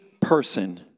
person